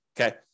Okay